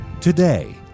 Today